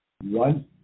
one